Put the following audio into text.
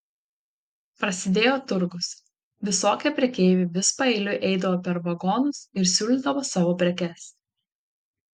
prasidėjo turgus visokie prekeiviai vis paeiliui eidavo per vagonus ir siūlydavo savo prekes